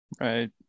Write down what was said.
right